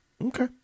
Okay